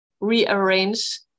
rearrange